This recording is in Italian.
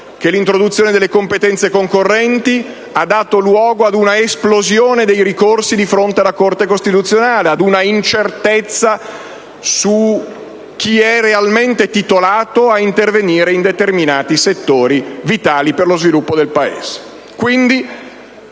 che l'introduzione delle competenze concorrenti ha dato luogo a un'esplosione dei ricorsi di fronte alla Corte costituzionale, ad un'incertezza su chi è realmente titolato ad intervenire in determinati settori vitali per lo sviluppo del Paese.